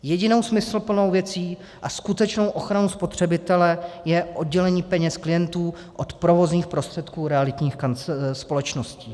Jedinou smysluplnou věcí a skutečnou ochranou spotřebitele je oddělení peněz klientů od provozních prostředků realitních společností.